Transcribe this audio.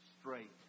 straight